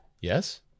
Yes